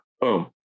Boom